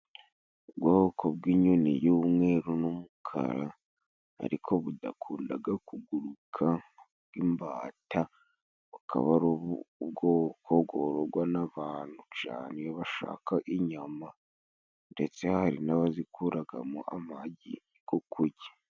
Ubwoko bw'inyoni y'umweru n'umukara, ariko budakundaga kuguruka nk'imbata. Bukaba ari ubwoko bwororwa n'abantu cane iyo bashaka inyama, ndetse hari n'abazikuragamo amagi go kujya.